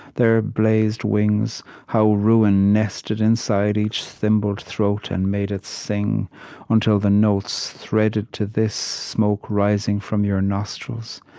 their blazed wings. how ruin nested inside each thimbled throat and made it sing until the notes threaded to this smoke rising from your nostrils.